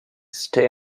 stay